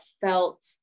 felt